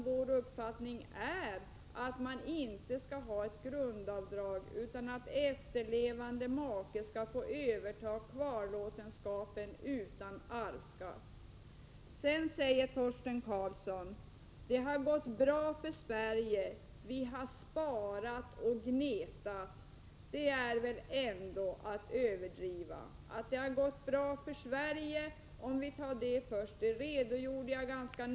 Vår uppfattning är att man inte skall ha ett grundavdrag; efterlevande make skall få överta kvarlåtenskapen utan att behöva betala arvsskatt. Torsten Karlsson säger: Det har gått bra för Sverige; vi har gnetat och sparat. Detta är väl ändå att överdriva. Att det har gått bra för Sverige, om vi tar den saken först, redogjorde jag nyss för.